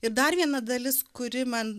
ir dar viena dalis kuri man